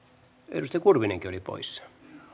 edustaja kurvinenkin on poissa